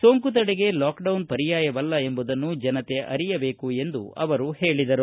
ಸೋಂಕು ತಡೆಗೆ ಲಾಕ್ಡೌನ್ ಪರ್ಯಾಯವಲ್ಲ ಎಂಬುದನ್ನು ಜನತೆ ಅರಿಯಬೇಕು ಎಂದು ಅವರು ಹೇಳಿದರು